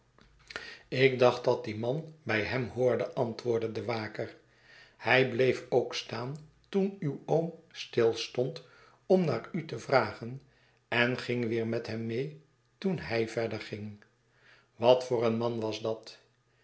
ik dacht dat die man bij hem hoorde antwoordde de waker hij bleef ook staan toen uw oom stilstond om naar u te vragen en ging weer met hem mee toen hij verder ging wat voor een man was dat